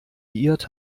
geirrt